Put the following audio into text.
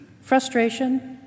frustration